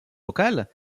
vocales